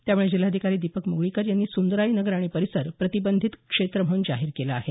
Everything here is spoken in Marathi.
त्यामुळे जिल्हाधिकारी दीपक मुगळीकर यांनी सुंदराई नगर आणि परिसर प्रतिबंधित क्षेत्र म्हणून जाहीर केलं आहे